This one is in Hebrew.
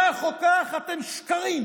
כך או כך, אתם שקרים.